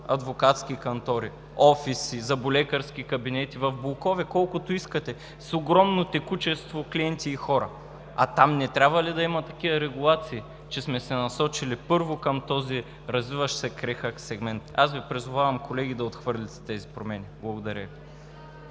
адвокатски кантори, офиси, зъболекарски кабинети в блокове – колкото искате, с огромно текучество на клиенти и хора, а там не трябва ли да има такива регулации, че сме се насочили първо към този развиващ се крехък сегмент? Колеги, аз Ви призовавам да отхвърлите тези промени. Благодаря Ви.